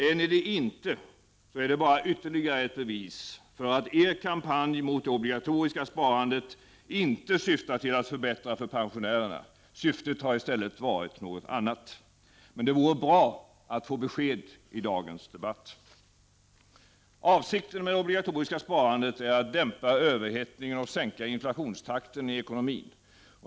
Är de inte det, så är det bara ytterligare ett bevis för att er kampanj mot det obligatoriska sparandet inte syftat till att förbättra för pensionärerna. Syftet har i stället varit något annat. Det vore bra att få besked i dagens debatt! Avsikten med det obligatoriska sparandet är att dämpa överhettningen och sänka inflationstakten i ekonomin.